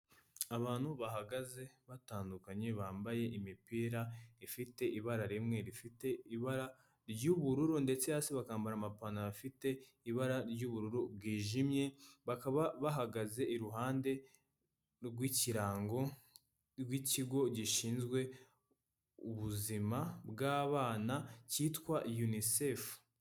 Abantu bahagaze batandukanye bambaye imipira ifite ibara rimwe rifite ibara ry'ubururu ndetse hasi bakambara amapantaro afite ibara ry'ubururu bwijimye, bakaba bahagaze iruhande rw'ikirango rw'ikigo gishinzwe ubuzima bw'abana cyitwa UNICEF.